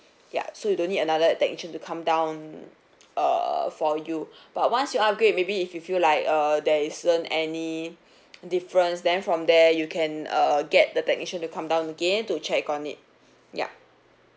ya so you don't need another technician to come down err for you but once you upgrade maybe if you fell like err there isn't any difference then from there you can err get the technician to come down again to check on it ya